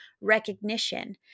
recognition